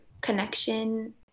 connection